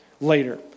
later